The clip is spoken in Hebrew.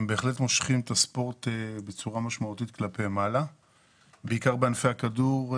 הם בהחלט מושכים את הספורט בצורה משמעותית כלפי מעלה בעיקר בענפי הכדור,